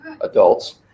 adults